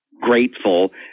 grateful